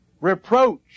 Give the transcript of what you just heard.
reproach